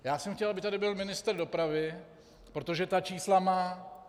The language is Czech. Já jsem chtěl, aby tady byl ministr dopravy, protože ta čísla má.